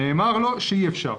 נאמר לו שאי-אפשר.